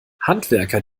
handwerker